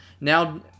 now